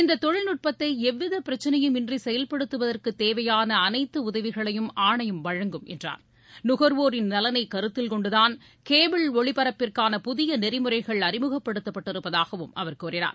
இந்த தொழில்நுட்பத்தை எவ்வித பிரச்னையும் இன்றி செயல்படுத்துவதற்கு தேவையான அனைத்து உதவிகளையும் ஆணையம் வழங்கும் என்றார் நுகர்வோரின் நலனை கருத்தில்கொண்டுதான் கேபிள் ஒளிபரப்பிற்கான புதிய நெறிமுறைகள் அறிமுகப்படுத்தப்பட்டிருப்பதாகவும் அவர் கூறினார்